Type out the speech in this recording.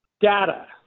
Data